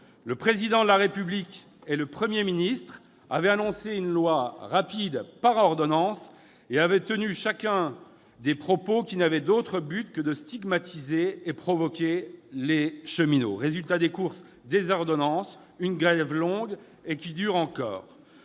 Le Président de la République et le Premier ministre avaient annoncé une loi rapide, par ordonnances, et avaient chacun tenu des propos qui n'avaient d'autre but que de stigmatiser et provoquer les cheminots. Résultat des courses : des ordonnances et une grève longue qui dure encore